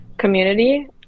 community